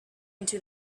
into